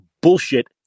bullshit